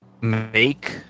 make